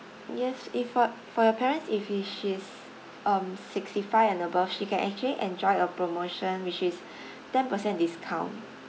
yes if for for your parents if he she um sixty-five and above she can actually enjoy a promotion which is ten percent discount